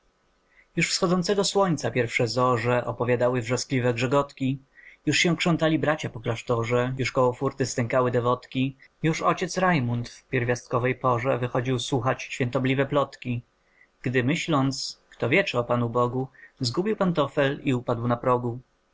już wschodzącego słońca pierwsze zorze opowiadały wrzaskliwe grzegotki już się krzątali bracia po klasztorze już koło fórty stękały dewotki już ojciec rajmund w pierwiastkowej porze wychodził słuchać świętobliwe plotki gdy myśląc kto wie czy o panu bogu zgubił pantofel i upadł na progu